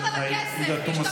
אדוני, אל תאיים עלינו.